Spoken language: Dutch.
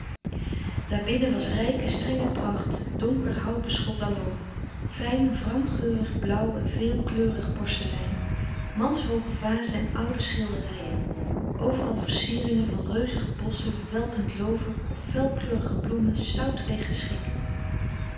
muren daarbinnen was rijke strenge pracht donker houtbeschot alom fijn wrang geurig blauw en veel kleurig porcelein manshooge vazen en oude schilderijen overal versieringen van reuzige bossen welkend loover of felkleurige bloemen stoutweg